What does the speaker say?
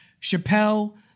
Chappelle